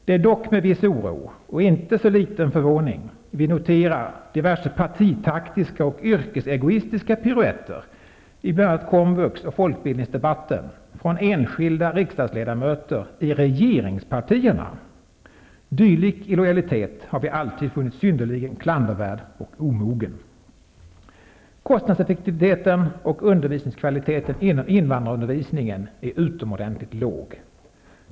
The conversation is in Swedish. Det är dock med viss oro -- och inte så liten förvåning -- som vi noterar diverse partitaktiska och yrkesegoistiska piruetter i bl.a. komvux och folkbildningsdebatten från enskilda riksdagsledamöter i regeringspartierna. Dylik illojalitet har vi alltid funnit synnerligen klandervärd och omogen. Kostnadseffektiviteten och undervisningskvaliteten inom invandrarundervisningen är utomordentligt låg.